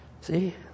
See